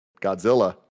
godzilla